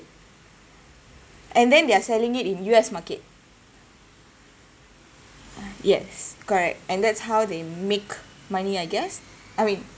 and then they're selling it in U_S market yes correct and that's how they make money I guess I mean